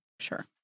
Sure